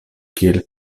kiel